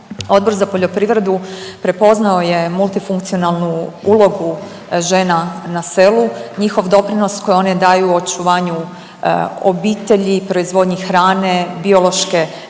Odbor za poljoprivredu prepoznao je multifunkcionalnu ulogu žena na selu, njihov doprinos koje one daju očuvanju obitelji, proizvodnji hrane, biološke